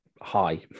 high